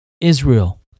Israel